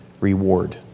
reward